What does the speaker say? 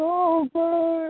over